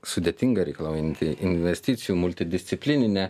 sudėtinga reikalaujanti investicijų multidisciplininė